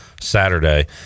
saturday